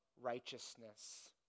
righteousness